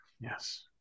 Yes